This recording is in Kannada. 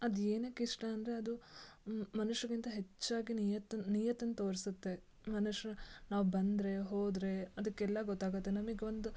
ಅದು ಏನಕ್ಕೆ ಇಷ್ಟ ಅಂದರೆ ಅದು ಮನುಷ್ಯರ್ಗಿಂತ ಹೆಚ್ಚಾಗಿ ನಿಯತ್ತನ್ನು ನಿಯತ್ತನ್ನು ತೋರಿಸುತ್ತೆ ಮನುಷ್ರು ನಾವು ಬಂದರೆ ಹೋದರೆ ಅದಕ್ಕೆಲ್ಲ ಗೊತ್ತಾಗುತ್ತೆ ನಮಗೊಂದು